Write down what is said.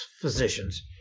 physicians